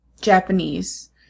Japanese